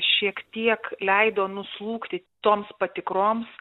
šiek tiek leido nuslūgti toms patikrom